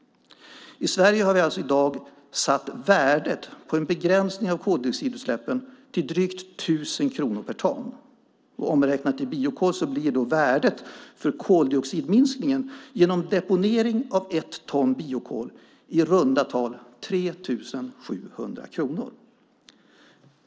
I Sverige har vi alltså i dag satt värdet på en begränsning av koldioxidutsläppen till drygt 1 000 kronor per ton. Omräknat i biokol blir värdet för koldioxidminskningen genom deponering av ett ton biokol i runda tal 3 700 kronor.